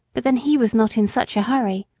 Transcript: but then he was not in such a hurry.